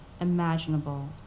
imaginable